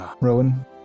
Rowan